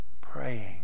praying